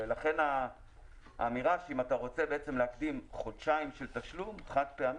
ולכן האמירה שאם אתה רוצה להקדים חודשיים של תשלום חד-פעמי,